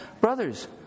Brothers